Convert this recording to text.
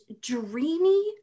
dreamy